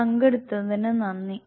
പങ്കെടുത്തതിന് നന്ദി